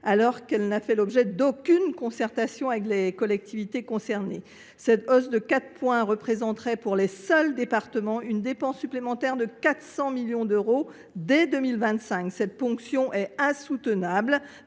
qui n’a fait l’objet d’aucune concertation avec lesdites collectivités. Cette hausse de 4 points représenterait pour les seuls départements une dépense supplémentaire de 400 millions d’euros dès 2025. Cette ponction, même